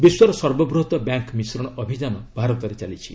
ବିଶ୍ୱର ସର୍ବବୃହତ ବ୍ୟାଙ୍କ୍ ମିଶ୍ରଣ ଅଭିଯାନ ଭାରତରେ ଚାଲିଛି